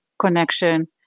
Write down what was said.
connection